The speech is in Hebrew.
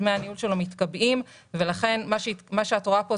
דמי הניהול שלו מתקבעים ולכן מה שאת רואה כאן,